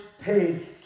paid